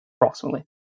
approximately